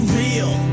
real